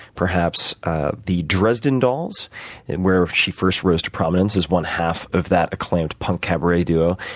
perhaps the dresden dolls where she first rose to prominence as one-half of that acclaimed punk cabaret duo,